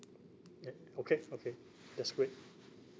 ya okay okay that's great